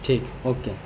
ٹھیک ہے اوکے